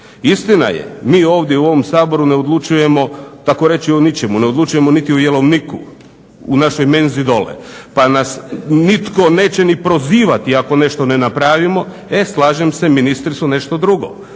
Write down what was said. Istina je mi ovdje u ovom Saboru ne odlučujemo, tako reći o ničemu, ne odlučujemo niti o jelovniku u našoj menzi dolje. Pa nas nitko neće ni prozivati ako nešto ne napravimo, e slažem ministri su nešto drugo.